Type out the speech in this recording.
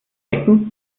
wecken